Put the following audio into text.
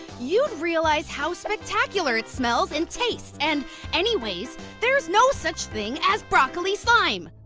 you'd realize how spectacular it smells and tastes, and anyways, there's no such thing as broccoli slime.